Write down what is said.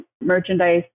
merchandise